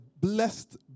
blessed